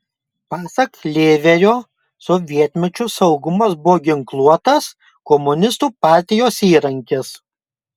pasak lėverio sovietmečiu saugumas buvo ginkluotas komunistų partijos įrankis